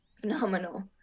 phenomenal